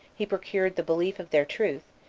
he procured the belief of their truth,